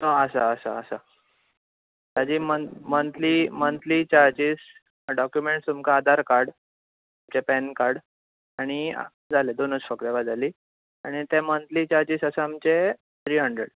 हय आसा आसा आसा ताजी मंत मंत्ली मंत्ली चार्जीज डॉक्युमेंट्स तुमकां आधार कार्ड तुमचें पॅनकार्ड आनी जालें दोन आशिल्ल्यो गजाली आनी ते मंत्ली चार्जीज आसा आमचे त्री हंड्रेड